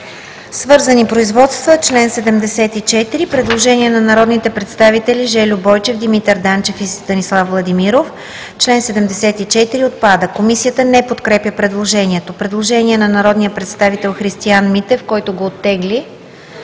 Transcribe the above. Свързани производства“. По чл. 56 има предложение на народните представители Жельо Бойчев, Димитър Данчев и Станислав Владимиров: „Чл. 56 – отпада.“ Комисията не подкрепя предложението. Предложение на народния представител Христиан Митев: „Чл. 56 се